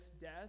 death